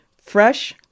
fresh